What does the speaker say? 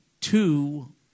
two